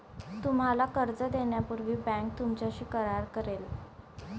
तुम्हाला कर्ज देण्यापूर्वी बँक तुमच्याशी करार करेल